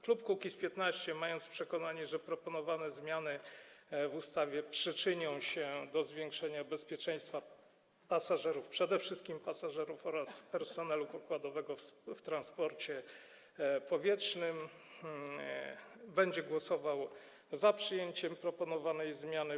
Klub Kukiz’15, mając przekonanie, że proponowane zmiany w ustawie przyczynią się do zwiększenia bezpieczeństwa pasażerów, przede wszystkim pasażerów, oraz personelu pokładowego w transporcie powietrznym, będzie głosował za przyjęciem proponowanej zmiany